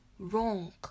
wrong